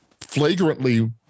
flagrantly